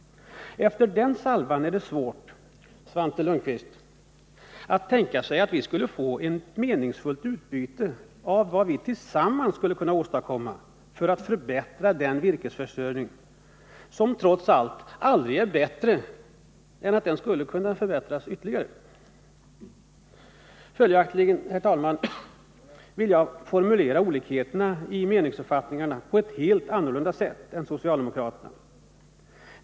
Efter den salvan är det svårt, Svante Lundkvist, att tänka sig att vi skulle kunna få en meningsfull diskussion om vad vi tillsammans skulle kunna åstadkomma för att förbättra den virkesförsörjning som trots allt aldrig är bättre än att den kan förbättras ytterligare. Följaktligen vill jag, herr talman, formulera olikheterna i meningsuppfattningen på ett helt annorlunda sätt än socialdemokraterna.